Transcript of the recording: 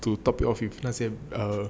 to top if off it let's say err